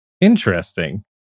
Interesting